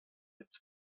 its